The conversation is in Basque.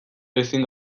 ezin